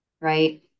right